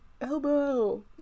elbow